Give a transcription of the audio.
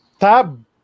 Tab